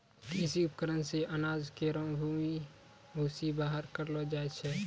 कृषि उपकरण से अनाज केरो भूसी बाहर करलो जाय छै